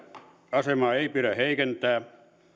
asemaa ei pidä heikentää